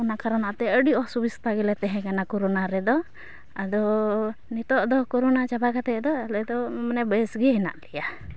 ᱚᱱᱟ ᱠᱟᱨᱚᱱᱟᱛᱮ ᱟᱹᱰᱤ ᱚᱥᱩᱵᱤᱛᱟᱜᱮ ᱞᱮ ᱛᱟᱦᱮᱸᱠᱟᱱᱟ ᱠᱳᱨᱳᱱᱟ ᱨᱮᱫᱚ ᱟᱫᱚ ᱱᱤᱛᱚᱜ ᱫᱚ ᱠᱳᱨᱳᱱᱟ ᱪᱟᱵᱟ ᱠᱟᱛᱮᱫ ᱫᱚ ᱟᱞᱮᱫᱚ ᱢᱟᱱᱮ ᱵᱮᱥᱜᱮ ᱦᱮᱱᱟᱜ ᱞᱮᱭᱟ